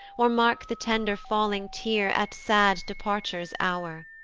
or mark the tender falling tear at sad departure's hour